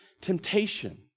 temptation